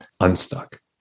unstuck